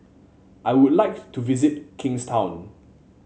I would like to visit Kingstown